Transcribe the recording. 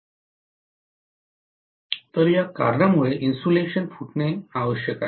तर या कारणामुळे इन्सुलेशन फुटणे आवश्यक आहे